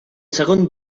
segon